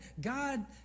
God